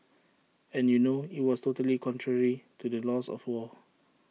and you know IT was totally contrary to the laws of war